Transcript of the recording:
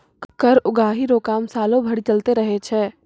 कर उगाही रो काम सालो भरी चलते रहै छै